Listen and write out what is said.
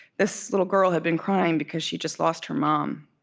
this little girl had been crying, because she just lost her mom.